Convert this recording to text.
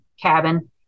cabin